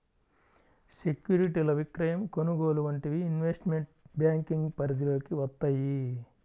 సెక్యూరిటీల విక్రయం, కొనుగోలు వంటివి ఇన్వెస్ట్మెంట్ బ్యేంకింగ్ పరిధిలోకి వత్తయ్యి